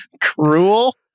Cruel